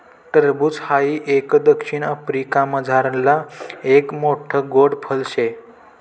टरबूज हाई एक दक्षिण आफ्रिकामझारलं एक मोठ्ठ गोड फळ शे